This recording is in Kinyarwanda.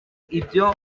ibyo